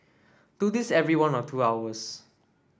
do this every one or two hours